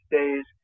days